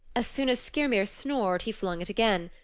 as soon as skyrmir snored he flung it again,